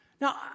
Now